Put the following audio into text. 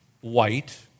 white